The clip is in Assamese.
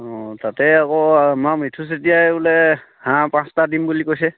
অঁ তাতে আকৌ আমাৰ মিথু চেতিয়াই বোলে হাঁহ পাঁচটা দিম বুলি কৈছে